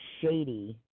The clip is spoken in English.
shady